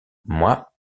moi